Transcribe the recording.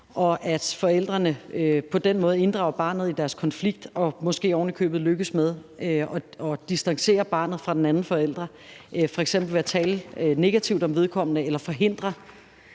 og at forældrene på den måde inddrager barnet i deres konflikt og måske ovenikøbet lykkes med at distancere barnet fra den anden forælder, f.eks. ved at tale negativt om vedkommende eller ved at forhindre